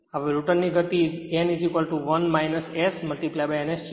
હવે રોટર ગતિ n1 S n S છે